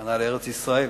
הכוונה לארץ-ישראל,